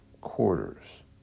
quarters